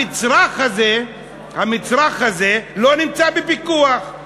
המצרך הזה לא נמצא בפיקוח.